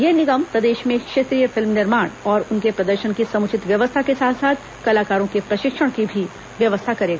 यह निगम प्रदेश में क्षेत्रीय फिल्म निर्माण और उनके प्रदर्शन की समुचित व्यवस्था के साथ साथ कलाकारों के प्रशिक्षण की भी व्यवस्था करेगा